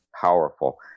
powerful